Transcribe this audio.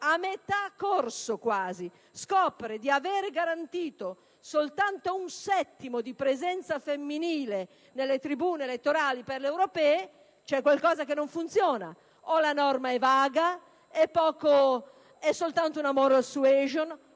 a metà corso scopre di avere garantito soltanto un settimo di presenza femminile nelle tribune elettorali per le elezioni europee, allora c'è qualcosa che non funziona: la norma è vaga, è soltanto una forma di